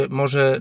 może